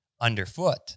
underfoot